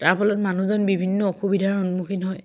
তাৰ ফলত মানুহজন বিভিন্ন অসুবিধাৰ সন্মুখীন হয়